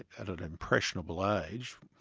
at an impressionable age,